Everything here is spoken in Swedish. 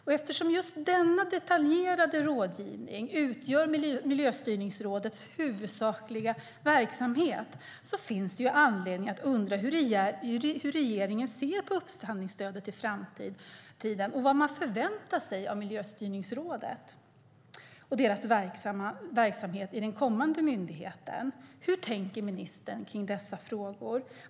Men eftersom just denna detaljerade rådgivning utgör Miljöstyrningsrådets huvudsakliga verksamhet finns det anledning att undra hur regeringen ser på upphandlingsstödet i framtiden och vad man förväntar sig av Miljöstyrningsrådet och deras verksamhet i den kommande myndigheten. Hur tänker ministern kring dessa frågor?